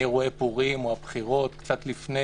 מאירועי פורים או הבחירות, קצת לפני